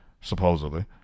supposedly